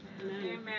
Amen